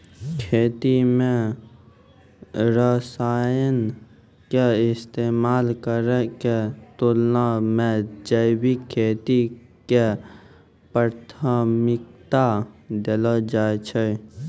खेती मे रसायन के इस्तेमाल करै के तुलना मे जैविक खेती के प्राथमिकता देलो जाय छै